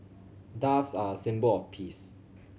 doves are a symbol of peace